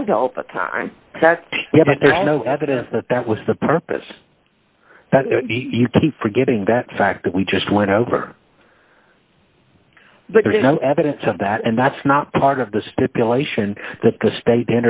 wrong help a time that there's no evidence that that was the purpose that you keep forgetting that fact that we just went over but there is no evidence of that and that's not part of the stipulation that the state